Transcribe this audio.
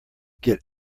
get